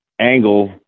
angle